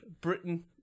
Britain